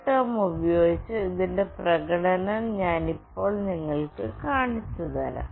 CoolTerm ഉപയോഗിച്ച് ഇതിന്റെ പ്രകടനം ഞാൻ ഇപ്പോൾ നിങ്ങൾക്ക് കാണിച്ചുതരാം